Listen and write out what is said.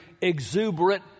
exuberant